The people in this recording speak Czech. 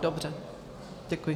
Dobře, děkuji.